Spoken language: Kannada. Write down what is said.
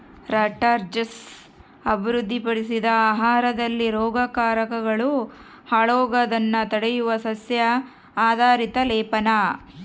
ರಟ್ಜರ್ಸ್ ಅಭಿವೃದ್ಧಿಪಡಿಸಿದ ಆಹಾರದಲ್ಲಿ ರೋಗಕಾರಕಗಳು ಹಾಳಾಗೋದ್ನ ತಡೆಯುವ ಸಸ್ಯ ಆಧಾರಿತ ಲೇಪನ